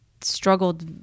struggled